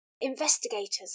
Investigators